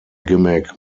gimmick